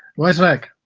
wesh rak?